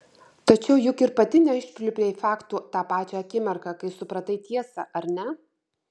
tačiau juk ir pati neišpliurpei faktų tą pačią akimirką kai supratai tiesą ar ne